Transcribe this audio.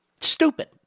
Stupid